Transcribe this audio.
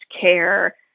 care